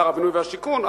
שר הבינוי והשיכון,